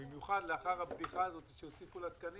במיוחד לאחר הבדיחה, שהוסיפו תקנים